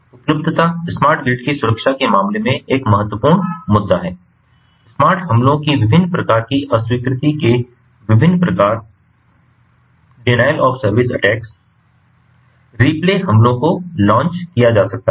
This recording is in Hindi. उपलब्धता स्मार्ट ग्रिड की सुरक्षा के मामले में एक महत्वपूर्ण मुद्दा है स्मार्ट हमलों की विभिन्न प्रकार की अस्वीकृति के विभिन्न प्रकार रिप्ले हमलों को लॉन्च किया जा सकता है